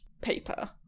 paper